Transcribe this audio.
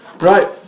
Right